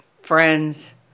friends